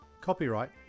Copyright